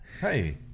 Hey